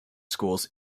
schools